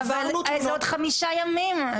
אבל זה עוד חמישה ימים,